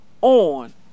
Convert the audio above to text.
on